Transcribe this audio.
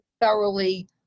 thoroughly